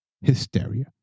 hysteria